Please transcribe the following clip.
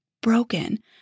broken